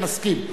מסכים.